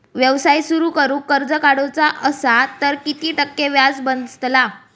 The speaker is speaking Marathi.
व्यवसाय सुरु करूक कर्ज काढूचा असा तर किती टक्के व्याज बसतला?